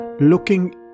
looking